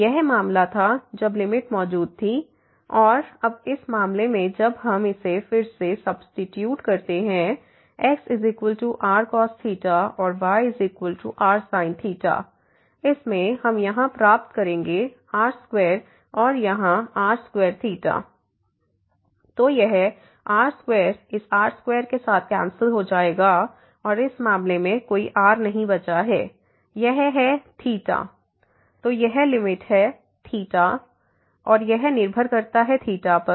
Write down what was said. तो यह मामला था जब लिमिट मौजूद थी और अब इस मामले में जब हम इसे फिर से सब्सीट्यूट करते हैं xrcos और yrsin इसमें हम यहाँ प्राप्त करेंगे r2 और यहाँ r2 तो यह r2 इस r2के साथ कैंसिल हो जाएगा और इस मामले में कोई r नहीं बचा है यह है तो यह लिमिट है और यह निर्भर करता है पर